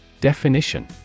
Definition